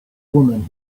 woman